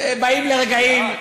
באים לרגעים,